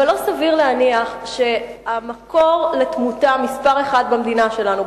אבל לא סביר להניח שהמקור לתמותה מספר אחת במדינה שלנו,